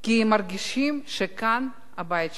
כי מרגישים שכאן הבית שלנו,